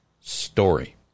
story